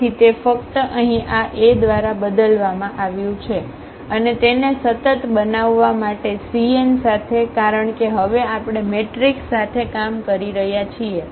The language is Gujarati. તેથી તે ફક્ત અહીં આ A દ્વારા બદલવામાં આવ્યું છે અને તેને સતત બનાવવા માટે c n સાથે કારણ કે હવે આપણે મેટ્રિક્સ સાથે કામ કરી રહ્યા છીએ